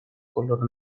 color